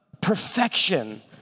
perfection